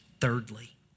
Thirdly